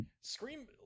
Scream